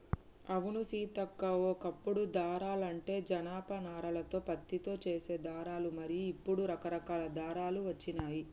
అవును సీతక్క ఓ కప్పుడు దారాలంటే జనప నారాలతో పత్తితో చేసే దారాలు మరి ఇప్పుడు రకరకాల దారాలు వచ్చినాయి